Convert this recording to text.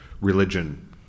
religion